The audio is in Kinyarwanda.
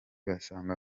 basanga